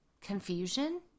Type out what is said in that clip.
confusion